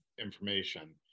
information